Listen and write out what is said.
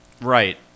Right